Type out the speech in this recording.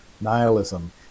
nihilism